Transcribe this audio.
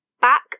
back